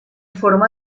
forma